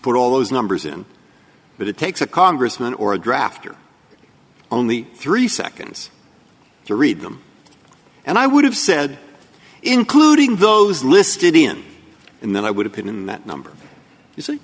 put all those numbers in but it takes a congressman or a drafter only three seconds to read them and i would have said including those listed in and then i would have been in that number